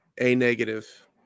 A-negative